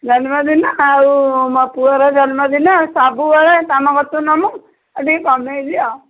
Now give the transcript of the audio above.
ଜନ୍ମଦିନ ଆଉ ମୋ ପୁଅର ଜନ୍ମଦିନ ସବୁବେଳେ ତୁମ କତିରୁ ନେବୁ ଟିକେ କମେଇଦିଅ ଆଉ